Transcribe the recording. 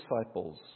disciples